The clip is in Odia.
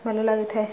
ଭଲ ଲାଗିଥାଏ